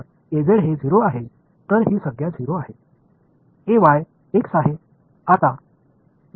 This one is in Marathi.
तर हे 0 आहे तर ही संज्ञा 0 आहे x आहे आता 0 आहे